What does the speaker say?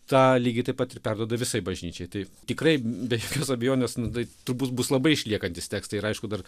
tą lygiai taip pat ir perduoda visai bažnyčiai tai tikrai be jokios abejonės nu tai turbūt bus labai išliekantys tekstai ir aišku dar